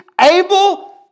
able